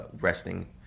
resting